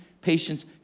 patience